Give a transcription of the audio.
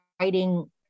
writing